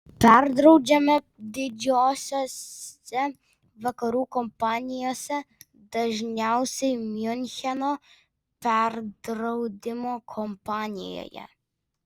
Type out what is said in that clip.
perdraudžiame didžiosiose vakarų kompanijose dažniausiai miuncheno perdraudimo kompanijoje